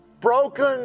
Broken